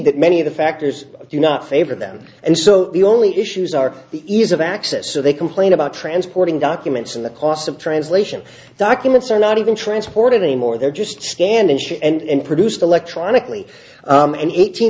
that many of the factors do not favor them and so the only issues are the ease of access so they complain about transporting documents and the costs of translation documents are not even transported anymore they're just scanned in shit and produced electronically and eighteen